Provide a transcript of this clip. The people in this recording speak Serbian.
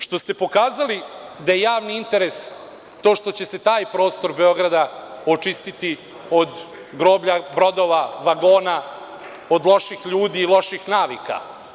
Što ste pokazali da je javni interes to što će se taj prostor Beograda očistiti od groblja brodova, vagona, od loših ljudi i loših navika.